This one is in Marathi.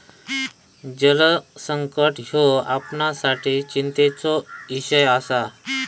जलसंकट ह्यो आपणासाठी चिंतेचो इषय आसा